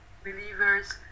believers